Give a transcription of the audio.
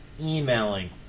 emailing